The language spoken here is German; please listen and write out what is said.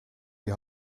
die